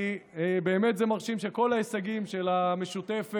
זה באמת מרשים שכל ההישגים של המשותפת